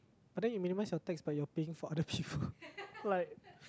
but then you may minimize your tax but you're paying for other people like